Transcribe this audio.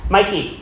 Mikey